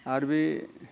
आरो बे